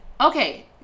Okay